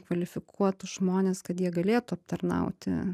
kvalifikuotus žmones kad jie galėtų aptarnauti